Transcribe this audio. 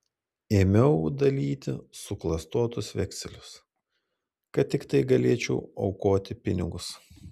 ėmiau dalyti suklastotus vekselius kad tiktai galėčiau aukoti pinigus